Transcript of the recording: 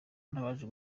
n’abaje